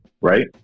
right